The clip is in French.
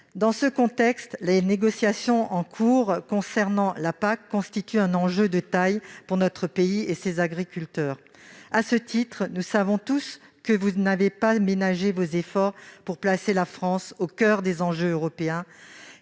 Dans ce contexte, les négociations en cours concernant la PAC constituent un enjeu de taille pour notre pays et ses agriculteurs. À ce titre, nous savons tous que vous n'avez pas ménagé vos efforts pour placer la France au coeur des enjeux européens,